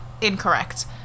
Incorrect